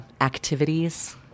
activities